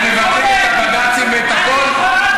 אתם מבטלים את הבד"צים ואת הכול?